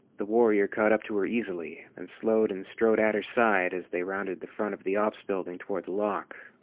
the warrior caught up to her easily, then slowed and strode at her side as they rounded the front of the ops building toward the lock.